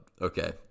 okay